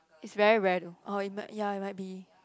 it's very rare though oh it m~ ya it might be